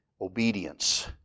Obedience